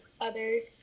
others